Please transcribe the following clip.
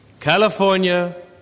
California